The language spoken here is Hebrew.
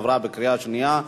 עברה בקריאה שנייה.